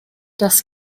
das